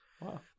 Wow